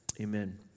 Amen